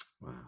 Wow